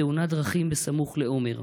בתאונת דרכים סמוך לעומר.